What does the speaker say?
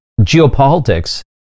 geopolitics